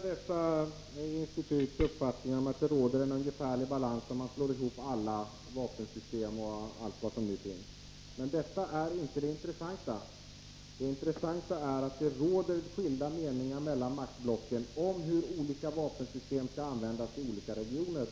Herr talman! Jag delar dessa instituts uppfattning om att det råder en ungefärlig balans om man slår ihop alla vapensystem. Men detta är inte det intressanta. Det intressanta är att det råder skilda meningar mellan maktblocken om hur olika vapensystem skall användas i olika regioner.